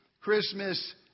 Christmas